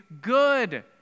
good